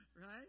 Right